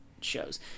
shows